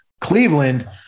Cleveland